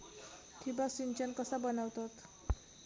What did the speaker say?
ठिबक सिंचन कसा बनवतत?